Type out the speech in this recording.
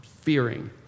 fearing